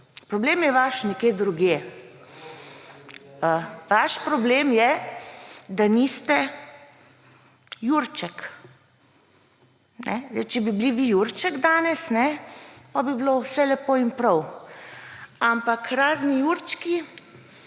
problem je nekje drugje. Vaš problem je, da niste Jurček. Sedaj, če bi bili vi Jurček danes, potem bi bilo vse lepo in prav, ampak razni jurčki